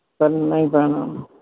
ਕਰਨਾ ਹੀ ਪੈਣਾ